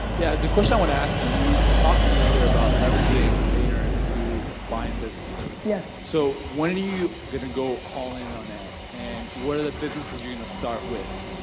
yeah, the question i want to ask, you talked earlier about leveraging vayner into buying businesses. yes. so when are you going to go all-in on that and what are the businesses you're going to start with?